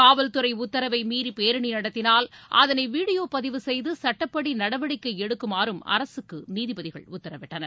காவல்துறை உத்தரவை மீறி பேரணி நடத்தினால் அதனை வீடியோ பதிவு செய்து சுட்டப்படி நடவடிக்கை எடுக்குமாறும் அரசுக்கு நீதிபதிகள் உத்தரவிட்டனர்